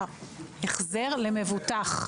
החזר למבוטח.